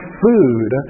food